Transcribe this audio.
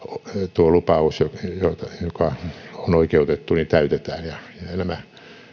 tuo lupaus joka on oikeutettu täytetään ja nämä